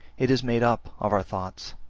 it is made up of our thoughts.